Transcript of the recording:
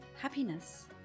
happiness